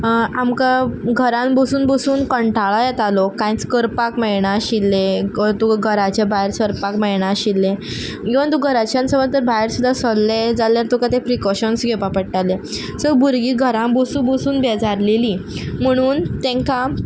आमकां घरान बसून बसून कंटाळो येतालो कांयच करपाक मेळना आशिल्लें क तुका घराच्या भायर सरपाक मेळणा आशिल्लें इवन तूं घराच्यान समज तर भायर सुद्दां सरलें जाल्यार तुका ते प्रिकॉशन्स घेवपा पडटाले सो भुरगीं घरा बसू बसून बेजारलेलीं म्हणून तांकां